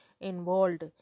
involved